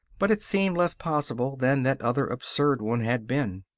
but it seemed less possible than that other absurd one had been.